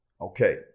Okay